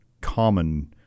common